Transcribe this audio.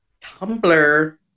Tumblr